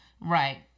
Right